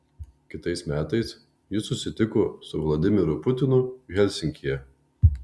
kitais metais ji susitiko su vladimiru putinu helsinkyje